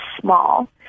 small